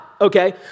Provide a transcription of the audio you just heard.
Okay